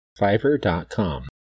Fiverr.com